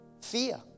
Fear